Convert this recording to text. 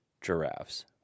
giraffes